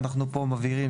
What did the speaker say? ואנחנו פה מבהירים